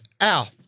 Al